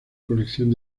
colección